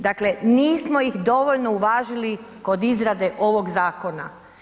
Dakle, nismo ih dovoljno uvažili kod izrade ovog zakona.